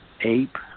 ape